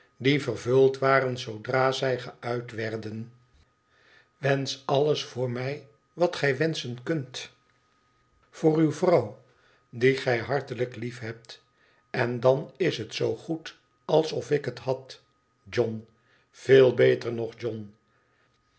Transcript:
die vervuld waren zoodra zij geuit werden wensch alles voor mij wat gij wenschen kunt voor de ovr de jongs vrouw die gij hartelijk liefhebt en dan is het zoogoed alsof ik het had john veel beter nog john